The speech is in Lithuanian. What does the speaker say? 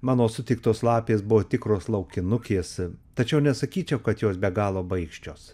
mano sutiktos lapės buvo tikros laukinukės tačiau nesakyčiau kad jos be galo baikščios